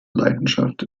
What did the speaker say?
leidenschaft